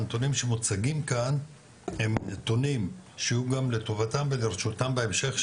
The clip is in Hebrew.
הנתונים שמוצגים כאן הם נתונים שיהיו גם לטובתם ולרשותם בהמשך,